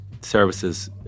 services